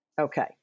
Okay